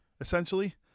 essentially